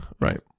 Right